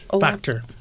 factor